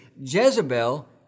Jezebel